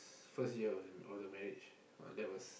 first year of the of the marriage !wah! that was